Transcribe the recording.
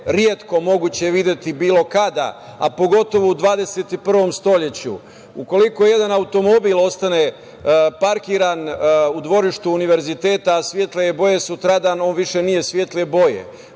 retko moguće videti bilo kada, a pogotovo u 21 veku. Ukoliko jedan automobil ostane parkiran u dvorištu univerziteta, a svetle je boje, sutradan on više nije svetle boje.